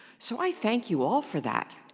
so i thank you all for that.